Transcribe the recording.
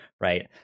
right